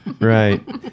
right